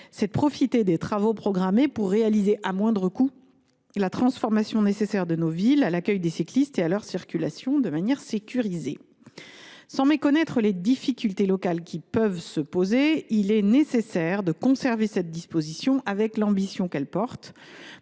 est de profiter des travaux programmés pour réaliser – à moindre coût – la transformation nécessaire de nos villes en vue de l’accueil des cyclistes et de leur circulation de manière sécurisée. Sans méconnaître les difficultés locales qui peuvent se poser, il est nécessaire de conserver cette disposition avec l’ambition qu’elle porte.